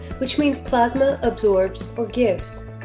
which means plasma absorbs or gives.